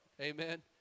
Amen